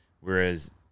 Whereas